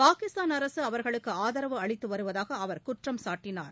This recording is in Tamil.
பாகிஸ்தான் அரசுஅவர்களுக்குஆதரவு அளித்துவருவதாகஅவர் குற்றம் சாட்டினார்